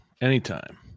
Anytime